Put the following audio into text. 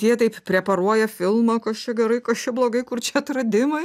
jie taip preparuoja filmą kas čia gerai kas čia blogai kur čia atradimai